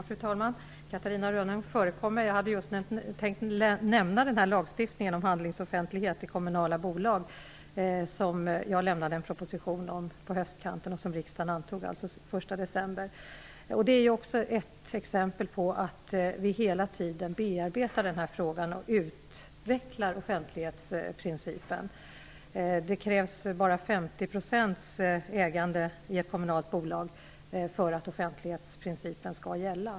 Fru talman! Catarina Rönnung förekom mig. Jag hade tänkt nämna lagstiftningen om handlings offentlighet i kommunala bolag, som jag lämnade en proposition om på höstkanten och som riksdagen antog den 1 december. Det är också ett exempel på att vi hela tiden bearbetar den här frågan och utvecklar offentlighetsprincipen. Det krävs bara 50 % ägande i ett kommunalt bolag för att offentlighetsprincipen skall gälla.